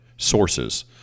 Sources